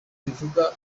bivuga